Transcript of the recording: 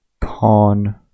Pawn